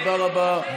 תודה רבה.